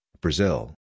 Brazil